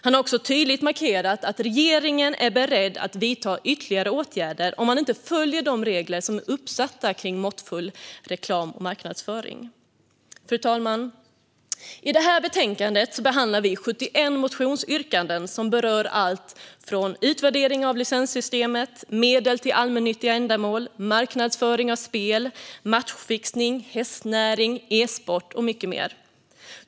Han har också tydligt markerat att regeringen är beredd att vidta ytterligare åtgärder om man inte följer de regler som är uppsatta vad gäller måttfull reklam och marknadsföring. Fru talman! I det här betänkandet behandlar vi 71 motionsyrkanden som berör alltifrån utvärdering av licenssystemet till medel till allmännyttiga ändamål, marknadsföring av spel, matchfixning, hästnäring, e-sport och mycket mer.